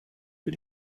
für